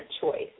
choice